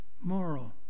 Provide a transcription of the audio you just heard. Moral